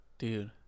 Dude